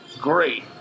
great